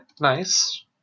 Nice